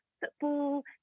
football